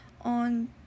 on